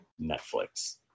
Netflix